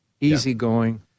easygoing